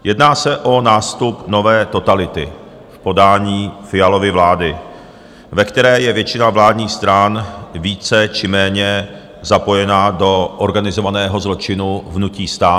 Jedná se o nástup nové totality v podání Fialovy vlády, ve které je většina vládních stran více či méně zapojená do organizovaného zločinu v hnutí STAN.